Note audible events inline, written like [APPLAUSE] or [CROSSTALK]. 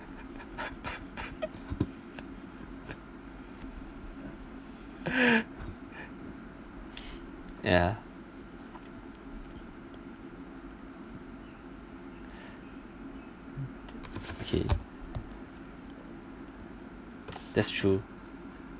[LAUGHS] ya okay that's true